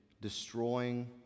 destroying